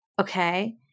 Okay